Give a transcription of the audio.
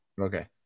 Okay